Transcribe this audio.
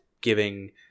giving